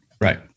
Right